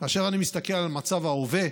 כאשר אני מסתכל על מצב ההווה,